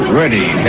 ready